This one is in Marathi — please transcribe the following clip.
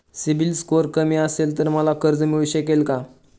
सिबिल स्कोअर कमी असेल तर मला कर्ज मिळू शकेल का?